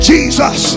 Jesus